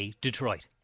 Detroit